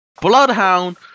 Bloodhound